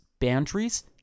boundaries